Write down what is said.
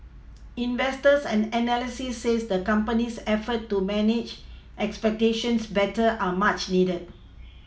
investors and analysts says the company's efforts to manage expectations better are much needed